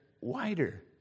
wider